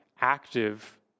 active